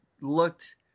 looked